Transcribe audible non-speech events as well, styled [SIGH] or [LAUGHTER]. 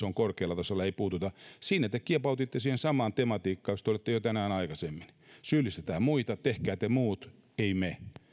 [UNINTELLIGIBLE] on korkealla tasolla ei puututa te kiepautitte siihen samaan tematiikkaan jossa te olitte tänään jo aikaisemmin syyllistetään muita tehkää te muut emme me